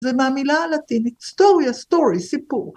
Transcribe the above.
זה מהמילה הלטינית story, a story, סיפור.